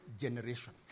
generation